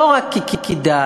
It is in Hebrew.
לא רק כי כדאי,